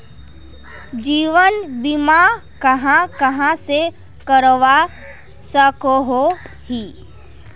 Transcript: जीवन बीमा कहाँ कहाँ से करवा सकोहो ही?